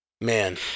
Man